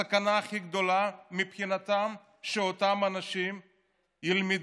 הסכנה הכי גדולה מבחינתם היא שאותם אנשים ילמדו,